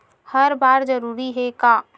हर बार जरूरी हे का?